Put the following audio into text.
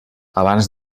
abans